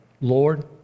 Lord